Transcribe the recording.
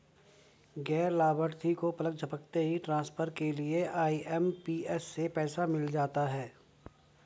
गैर लाभार्थी को पलक झपकते ही ट्रांसफर के लिए आई.एम.पी.एस से पैसा मिल जाता है